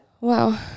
Wow